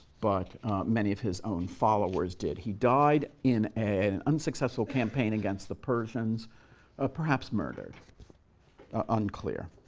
but many of his own followers did. he died in an unsuccessful campaign against the persians of perhaps murdered unclear.